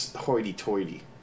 hoity-toity